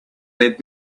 led